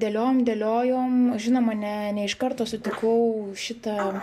dėliojom dėliojom žinoma ne ne iš karto sutikau šitą